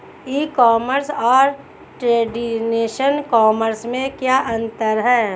ई commerce और traditional commerce में क्या अंतर है?